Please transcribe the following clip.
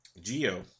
Geo